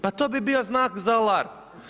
Pa to bi bio znak za alarm.